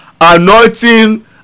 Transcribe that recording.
Anointing